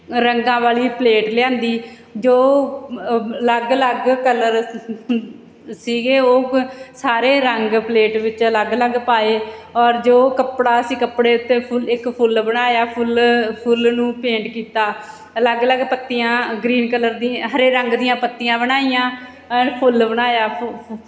ਰੰਗਾਂ ਵਾਲੀ ਪਲੇਟ ਲਿਆਂਦੀ ਜੋ ਅਲੱਗ ਅਲੱਗ ਕਲਰ ਸੀਗੇ ਉਹ ਗ ਸਾਰੇ ਰੰਗ ਪਲੇਟ ਵਿੱਚ ਅਲੱਗ ਅਲੱਗ ਪਾਏ ਔਰ ਜੋ ਕੱਪੜਾ ਸੀ ਕੱਪੜੇ ਉੱਤੇ ਫੁੱਲ ਇੱਕ ਫੁੱਲ ਬਣਾਇਆ ਫੁੱਲ ਫੁੱਲ ਨੂੰ ਪੇਂਟ ਕੀਤਾ ਅਲੱਗ ਅਲੱਗ ਪੱਤੀਆਂ ਗ੍ਰੀਨ ਕਲਰ ਦੀ ਹਰੇ ਰੰਗ ਦੀਆਂ ਪੱਤੀਆਂ ਬਣਾਈਆਂ ਔਰ ਫੁੱਲ ਬਣਾਇਆ ਫੁ ਫੁ